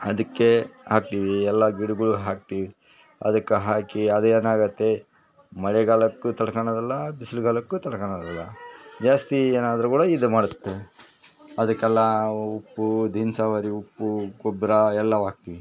ಅದಕ್ಕೆ ಹಾಕ್ತೀವಿ ಎಲ್ಲ ಗಿಡಗಳ್ ಹಾಕ್ತೀವಿ ಅದಕ್ಕೆ ಹಾಕಿ ಅದು ಏನಾಗುತ್ತೆ ಮಳೆಗಾಲಕ್ಕು ತಡ್ಕಾಳೋದಿಲ್ಲ ಬಿಸ್ಲುಗಾಲಕ್ಕು ತಡ್ಕಾಳೋದಿಲ್ಲ ಜಾಸ್ತಿ ಏನಾದ್ರುಕೂಡ ಇದು ಮಾಡ್ತೀವಿ ಅದ್ಕೆಲ್ಲ ಉಪ್ಪು ದೀನ್ಸವರಿ ಉಪ್ಪು ಗೊಬ್ಬರ ಎಲ್ಲ ಹಾಕ್ತೀವಿ